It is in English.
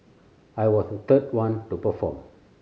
I was the third one to perform